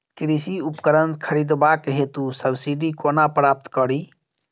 कृषि उपकरण खरीदबाक हेतु सब्सिडी कोना प्राप्त कड़ी?